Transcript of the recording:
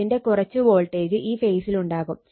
ഇതിന്റെ കുറച്ച് വോൾട്ടേജ് ഈ ഫേസിലുണ്ടാകും